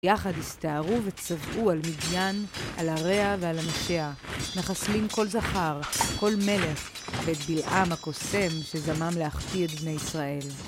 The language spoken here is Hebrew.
יחד הסתערו וצבעו על מדיין, על עריה ועל אנשיה, מחסלים כל זכר, כל מלך, ואת בלעם הקוסם שזמם להחטיא את בני ישראל.